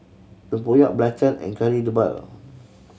tempoyak and Kari Debal